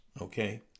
okay